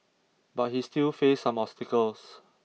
but he still faced some obstacles